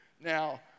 Now